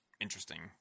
interesting